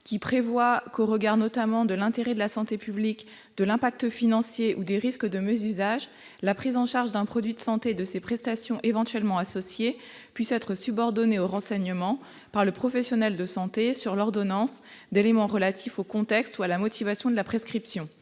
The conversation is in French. qui prévoit qu'au regard notamment de l'intérêt de la santé publique de l'impact financier ou des risques de Meuse Hysaj la prise en charge d'un produit de santé de ses prestations, éventuellement associés puisse être subordonnée au renseignement par le professionnel de santé sur l'ordonnance d'éléments relatifs au contexte soit la motivation de la prescription,